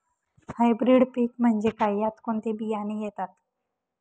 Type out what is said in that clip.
Hybrid पीक म्हणजे काय? यात कोणते बियाणे येतात?